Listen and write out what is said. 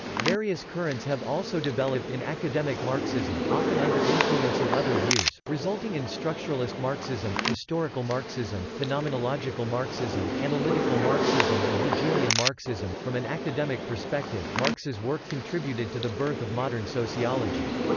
various currents have also developed in academic marxism, often under influence of other views, resulting in structuralist marxism, historical marxism, phenomenological marxism, analytical marxism and hegelian marxism from an academic perspective, marx's work contributed to the birth of modern sociology.